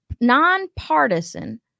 nonpartisan